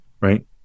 right